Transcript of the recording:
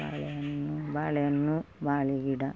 ಬಾಳೆಹಣ್ಣು ಬಾಳೆ ಹಣ್ಣು ಬಾಳೆ ಗಿಡ